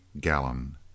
Gallon